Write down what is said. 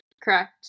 correct